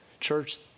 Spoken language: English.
Church